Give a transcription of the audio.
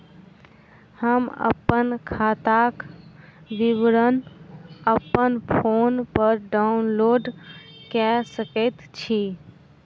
हम अप्पन खाताक विवरण अप्पन फोन पर डाउनलोड कऽ सकैत छी?